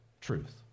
truth